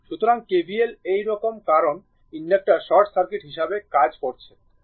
সুতরাং KVL এই রকম কারণ ইনডাক্টর শর্ট সার্কিট হিসাবে কাজ করছে